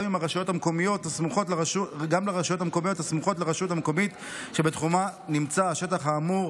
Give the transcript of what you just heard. גם אם הרשויות המקומיות הסמוכות לרשות המקומית שבתחומה נמצא השטח האמור,